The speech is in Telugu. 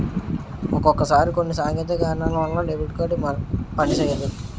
ఒక్కొక్కసారి కొన్ని సాంకేతిక కారణాల వలన డెబిట్ కార్డు పనిసెయ్యదు